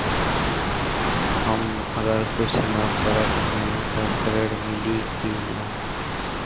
हम अगर कुछ न करत हई त ऋण मिली कि ना?